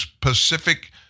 Pacific